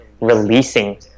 releasing